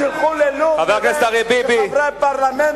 שילכו ללוב כחברי פרלמנט,